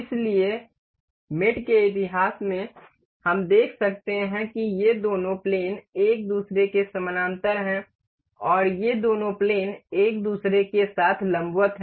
इसलिए संभोग के इतिहास में हम देख सकते हैं कि ये दोनों प्लेन एक दूसरे के समानांतर हैं और ये दोनों प्लेन एक दूसरे के साथ लंबवत हैं